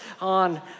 on